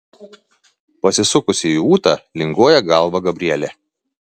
pasisukusi į ūtą linguoja galvą gabrielė